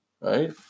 Right